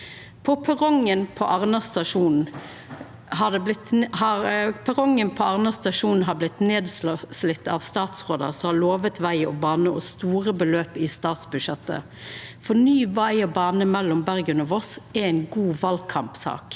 Perrongen på Arna stasjon har blitt nedslite av statsrådar som har lova veg og bane og store beløp i statsbudsjettet, for ny veg og bane mellom Bergen og Voss er ein god valkampsak.